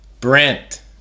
brent